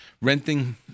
renting